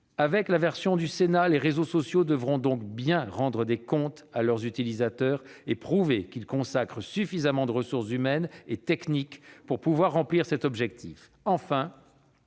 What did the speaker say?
Avec la version du Sénat, les réseaux sociaux devront bien rendre des comptes à leurs utilisateurs et prouver qu'ils consacrent suffisamment de ressources humaines et techniques à la satisfaction de cet objectif. La